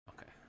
Okay